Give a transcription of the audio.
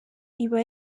iba